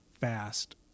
fast